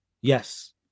yes